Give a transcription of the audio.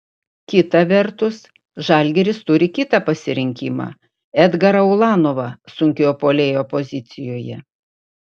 kita vertus žalgiris turi kitą pasirinkimą edgarą ulanovą sunkiojo puolėjo pozicijoje